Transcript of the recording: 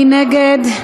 מי נגד?